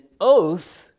oath